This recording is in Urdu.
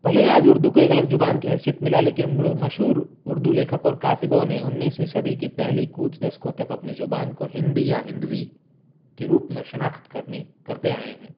بھلے ہی آج اردو کو ایک الگ زبان کی حیثیت ملا لیکن مشہور اردو لیکھک اور کاتبوں نے انیسویں صدی کی پہلی کوت دسکوں تک اپنی زبان کو ہندی یا ہندوی کے روپ میں شناخت کرنے کرتے آئے ہیں